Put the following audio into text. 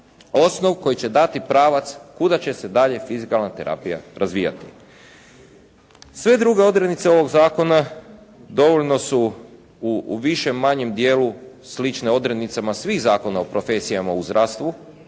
osnov koji će dati pravac kuda će se dalje fizikalna terapija razvijati. Sve druge odrednice ovog zakona dovoljno su u više manjem dijelu slične odrednicama svih zakona u profesijama u zdravstvu,